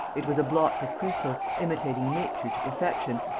it was a block of crystal, imitating nature to perfection,